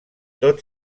tot